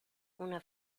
una